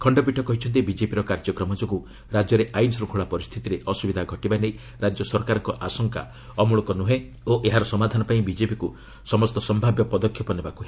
ଖଣ୍ଡପୀଠ କହିଛନ୍ତି ବିକେପିର କାର୍ଯ୍ୟକ୍ରମ ଯୋଗୁଁ ରାଜ୍ୟରେ ଆଇନଶୃଙ୍ଖଳା ପରିସ୍ଥିତିରେ ଅସୁବିଧା ଘଟିବା ନେଇ ରାଜ୍ୟ ସରକାରଙ୍କ ଆଶଙ୍କା ଅମ୍ଳଳକ ନୁହେଁ ଓ ଏହାର ସମାଧାନପାଇଁ ବିଜେପିକୁ ସମସ୍ତ ସମ୍ଭାବ୍ୟ ପଦକ୍ଷେପ ନେବାକୁ ହେବ